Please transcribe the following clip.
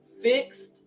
fixed